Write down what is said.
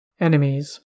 Enemies